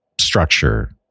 structure